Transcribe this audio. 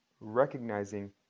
recognizing